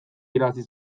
irabazi